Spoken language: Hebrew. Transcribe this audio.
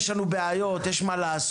יש לנו בעיות, יש מה לעשות.